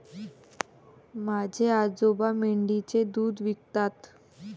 माझे आजोबा मेंढीचे दूध विकतात